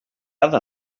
other